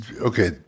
Okay